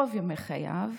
רוב ימי חייו,